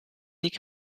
nikt